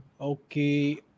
Okay